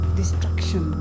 destruction